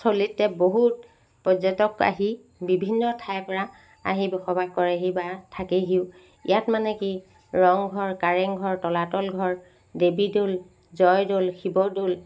স্থলীতে বহুত পৰ্যটক আহি বিভিন্ন ঠাইৰপৰা আহি বসবাস কৰেহি বা থাকেহিও ইয়াত মানে কি ৰংঘৰ কাৰেংঘৰ তলাতলঘৰ দেৱীদ'ল জয়দ'ল শিৱদ'ল